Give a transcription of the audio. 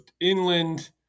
inland